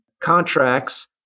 contracts